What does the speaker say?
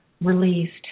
released